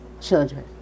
children